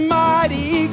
mighty